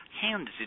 hands